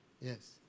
Yes